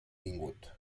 vingut